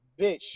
bitch